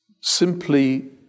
simply